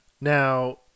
now